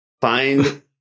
Find